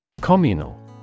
Communal